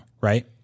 Right